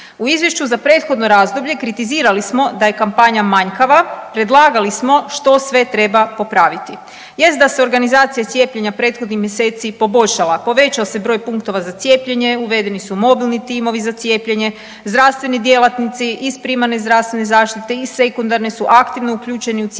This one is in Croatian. U izvješću za prethodno razdoblje kritizirali smo da je kampanja manjkava, predlagali smo što sve treba popraviti. Jest da se organizacija cijepljenja prethodnih mjeseci i poboljšala, povećao se broj punktova za cijepljenje, uvedeni su mobilni timovi za cijepljenje, zdravstveni djelatnici iz primarne zdravstvene zaštite, iz sekundare su aktivno uključeni u cijepljenje,